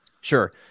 Sure